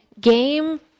game